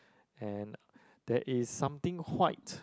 and there is something white